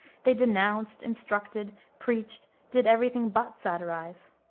they denounced, instructed, preached, did every thing but satirize.